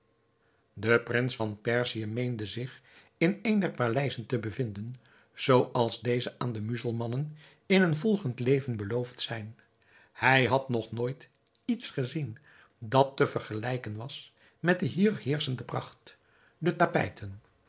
de prins van perzië meende zich in een der paleizen te bevinden zooals deze aan de muzelmannen in een volgend leven beloofd zijn hij had nog nooit iets gezien dat te vergelijken was met de hier heerschende pracht de tapijten